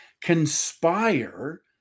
conspire